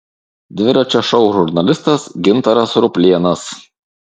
dviračio šou žurnalistas gintaras ruplėnas